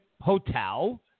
hotel